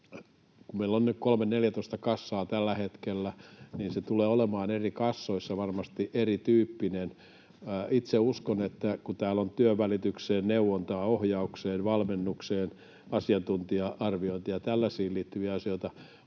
kun meillä on nyt 13—14 kassaa tällä hetkellä, tämä tulee olemaan eri kassoissa varmasti erityyppistä. Itse uskon, kun täällä on työnvälitykseen, neuvontaan, ohjaukseen, valmennukseen, asiantuntija-arviointiin ja tällaisiin liittyviä asioita,